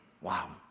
Wow